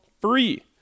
free